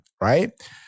right